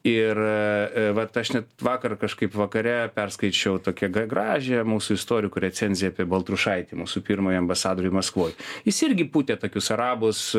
ir vat aš net vakar kažkaip vakare perskaičiau tokią gražią mūsų istorikų recenziją apie baltrušaitį mūsų pirmąjį ambasadorių maskvoj jis irgi pūtė tokius arabus